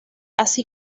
así